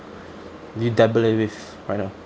do you dabble in with right now